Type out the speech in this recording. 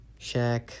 Shaq